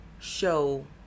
show